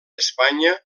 espanya